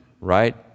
right